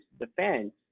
defense